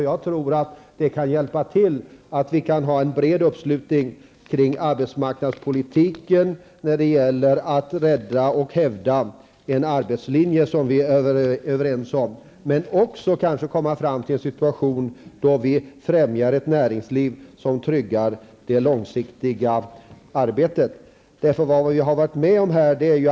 Jag tror att den kan hjälpa till så att vi kan få en bred uppslutning kring arbetsmarknadspolitiken när det gäller att rädda och hävda den arbetslinje som vi är överens om, men kanske också för att komma fram till en situation då vi främjar ett näringsliv som tryggar det långsiktiga arbetet.